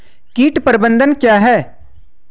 कीट प्रबंधन क्या है?